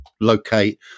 locate